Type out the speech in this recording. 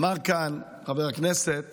אמר כאן חבר הכנסת